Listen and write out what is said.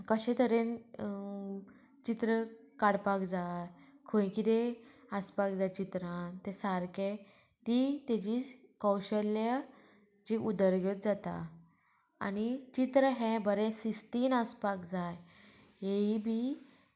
कशे तरेन चित्र काडपाक जाय खंय किदें आसपाक जाय चित्रान तें सारकें ती तेजी कौशल्य उदरगत जाता आनी चित्र हें बरें शिस्तीन आसपाक जाय हेंयी बी